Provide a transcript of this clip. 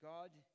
God